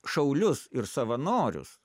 šaulius ir savanorius